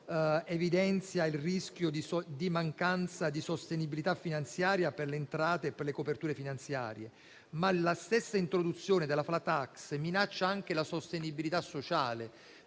determini il rischio di mancanza di sostenibilità finanziaria per le entrate e per le coperture finanziarie. Inoltre, la stessa introduzione della *flat tax* minaccia anche la sostenibilità sociale,